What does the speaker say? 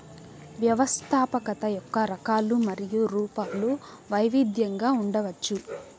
వ్యవస్థాపకత యొక్క రకాలు మరియు రూపాలు వైవిధ్యంగా ఉండవచ్చు